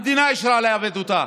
המדינה אישרה לעבד אותה.